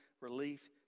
relief